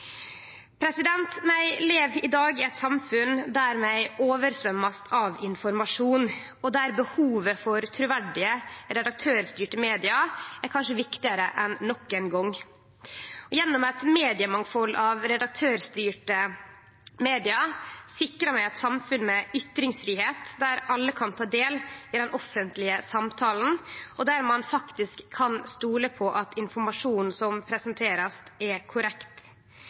i dag i eit samfunn der det fløymer over av informasjon, og der behovet for truverdige redaktørstyrte media kanskje er viktigare enn nokon gong. Gjennom eit mediemangfald av redaktørstyrte media sikrar vi eit samfunn med ytringsfridom der alle kan ta del i den offentlege samtalen, og der ein faktisk kan stole på at informasjonen som blir presentert, er korrekt.